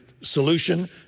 solution